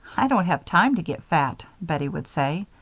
i don't have time to get fat, bettie would say.